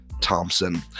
Thompson